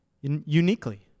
uniquely